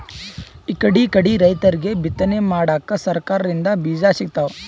ಇಕಡಿಕಡಿ ರೈತರಿಗ್ ಬಿತ್ತನೆ ಮಾಡಕ್ಕ್ ಸರಕಾರ್ ದಿಂದ್ ಬೀಜಾ ಸಿಗ್ತಾವ್